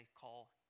call